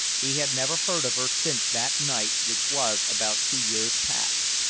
he had never heard of her since that night which was about two years past.